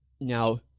Now